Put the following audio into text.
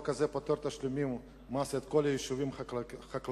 חוק זה פוטר מתשלום מס את כל היישובים החקלאיים,